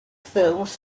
films